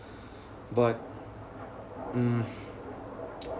but mm